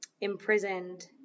imprisoned